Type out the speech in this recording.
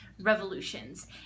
Revolutions